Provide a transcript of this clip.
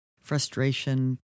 frustration